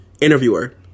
Interviewer